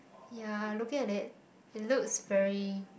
ya looking at it it looks very